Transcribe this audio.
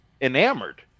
enamored